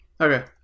Okay